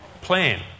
plan